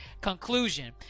conclusion